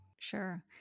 sure